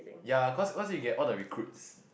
ya cause cause we get all the recruits